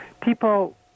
People